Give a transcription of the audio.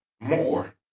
more